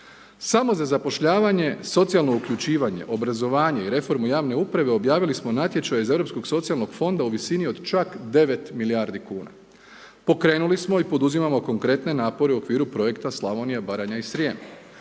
Samo za zapošljavanje, socijalno uključivanje, obrazovanje i reformu javne uprave objavili smo natječaje iz Europskog socijalnog fonda u visini od čak 9 milijardi kuna. Pokrenuli smo i poduzimamo konkretne napore u okviru Projekta Slavonija, Baranja i Srijem